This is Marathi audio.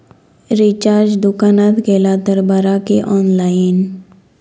रिचार्ज दुकानात केला तर बरा की ऑनलाइन?